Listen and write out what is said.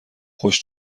خوش